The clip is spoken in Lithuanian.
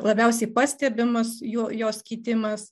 labiausiai pastebimas jo jos kitimas